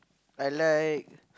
I like